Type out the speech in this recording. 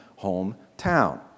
hometown